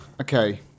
Okay